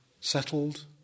settled